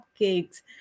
cupcakes